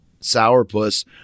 sourpuss